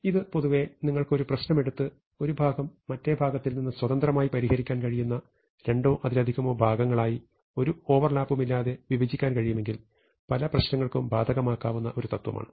ഇത് പൊതുവെ നിങ്ങൾക്ക് ഒരു പ്രശ്നം എടുത്ത് ഒരു ഭാഗം മറ്റേ ഭാഗത്തിൽ നിന്ന് സ്വതന്ത്രമായി പരിഹരിക്കാൻ കഴിയുന്ന രണ്ടോ അതിലധികമോ ഭാഗങ്ങളായി ഒരു ഓവർലാപ്പുമില്ലാതെ വിഭജിക്കാൻ കഴിയുമെങ്കിൽ പല പ്രശ്നങ്ങൾക്കും ബാധകമാക്കാവുന്ന ഒരു തത്വമാണ്